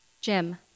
jim